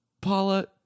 Paula